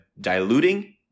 diluting